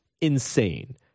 insane